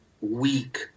weak